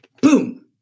boom